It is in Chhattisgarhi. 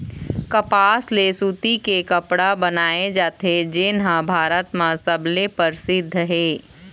कपसा ले सूती के कपड़ा बनाए जाथे जेन ह भारत म सबले परसिद्ध हे